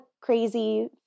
crazy